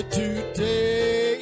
today